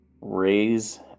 raise